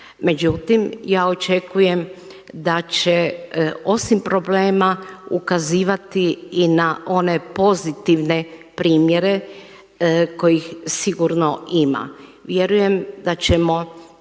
Međutim, ja očekujem da će osim problema ukazivati i na one pozitivne primjere kojih sigurno ima. Vjerujem da ćemo